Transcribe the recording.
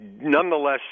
nonetheless